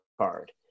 card